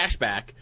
Cashback